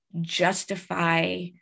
justify